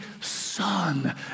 son